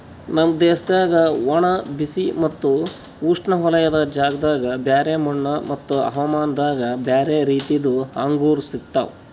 ನಮ್ ದೇಶದಾಗ್ ಒಣ, ಬಿಸಿ ಮತ್ತ ಉಷ್ಣವಲಯದ ಜಾಗದಾಗ್ ಬ್ಯಾರೆ ಮಣ್ಣ ಮತ್ತ ಹವಾಮಾನದಾಗ್ ಬ್ಯಾರೆ ರೀತಿದು ಅಂಗೂರ್ ಸಿಗ್ತವ್